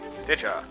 Stitcher